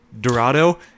Dorado